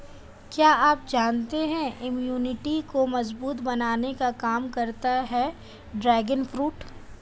क्या आप जानते है इम्यूनिटी को मजबूत बनाने का काम करता है ड्रैगन फ्रूट?